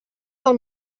del